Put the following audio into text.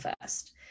first